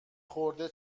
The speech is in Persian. خورده